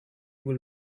will